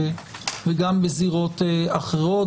וגם בזירות אחרות.